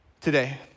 today